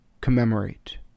commemorate